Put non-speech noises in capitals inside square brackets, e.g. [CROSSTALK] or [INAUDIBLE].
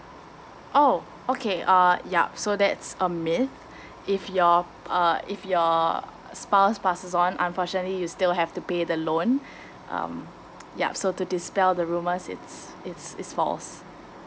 oh okay uh yup so that's a myth [BREATH] if your uh if your spouse passes on unfortunately you still have to pay the loan [BREATH] um yup so to dispel the rumors it's it's it's false